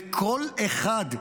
לכל אחד,